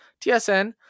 TSN